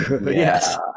Yes